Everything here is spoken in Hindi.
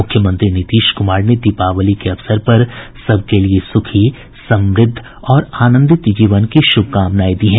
मुख्यमंत्री नीतीश कुमार ने दीपावली के अवसर पर सबके लिए सुखी समृद्ध और आनन्दित जीवन की शुभकामनाएं दी है